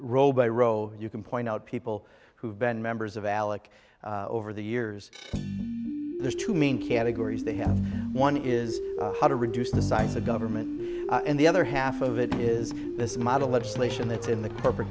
by row you can point out people who've been members of alec over the years there's two main categories they have one is how to reduce the size of government and the other half of it is this model legislation that's in the corporate